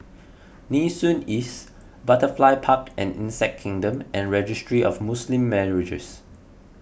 Nee Soon East Butterfly Park and Insect Kingdom and Registry of Muslim Marriages